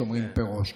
שאומרים פר ראש.